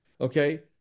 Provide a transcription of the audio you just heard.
okay